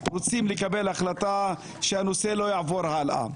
רוצים לקבל החלטה שהנושא לא יעבור הלאה.